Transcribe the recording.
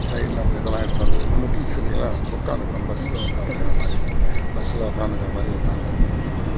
சைடில் அந்த இதெலாம் எடுத்து வந்து நம்ம புதுசு இல்லைங்களா உட்காந்துக்குறோம் பஸ்சில் உட்காந்துக்குற மாதிரி பஸ்சில் உட்காந்துக்குற மாதிரி உட்காந்துருந்தோமுன்னா